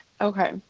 Okay